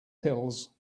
pills